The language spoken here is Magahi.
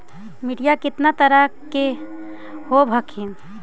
मिट्टीया कितना तरह के होब हखिन?